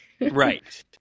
Right